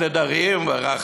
אלה גרים בהרחבה.